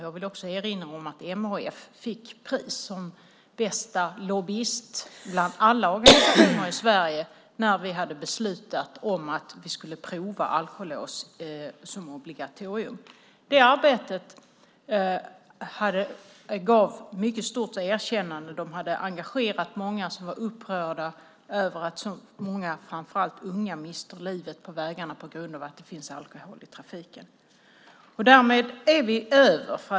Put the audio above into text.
Jag vill också erinra om att MHF fick pris som bästa lobbyist bland alla organisationer i Sverige när vi hade beslutat om att vi skulle prova alkolås som obligatorium. Detta arbete gav mycket stort erkännande. De hade engagerat många som var upprörda över att så många, framför allt unga, miste livet på vägarna på grund av att det finns alkohol i trafiken. Därmed är vi över.